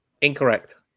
Incorrect